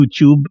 YouTube